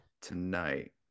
tonight